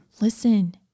listen